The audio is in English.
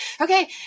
okay